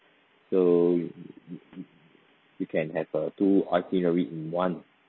so you you you you you can have a two itinerary in one